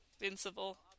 Invincible